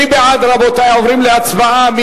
עוברים להצבעה.